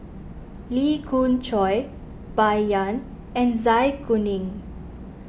Lee Khoon Choy Bai Yan and Zai Kuning